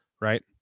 right